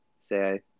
say